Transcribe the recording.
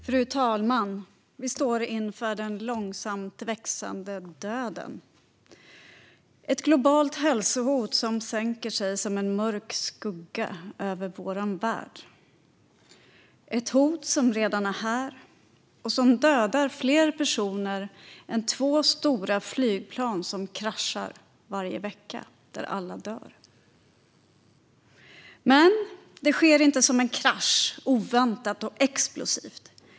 Fru talman! Vi står inför den långsamt växande döden. Ett globalt hälsohot sänker sig som en mörk skugga över vår värld. Det är ett hot som redan är här och som dödar fler personer än om två stora flygplan skulle krascha varje vecka och alla i planen skulle dö. Men det sker inte som en krasch - oväntat och explosivt.